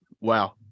Wow